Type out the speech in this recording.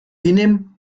hinnehmen